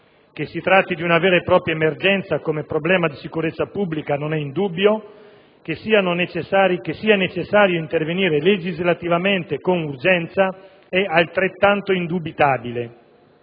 Che si tratti di una vera e propria emergenza come problema di sicurezza pubblica non è in dubbio; che sia necessario intervenire legislativamente con urgenza è altrettanto indubitabile.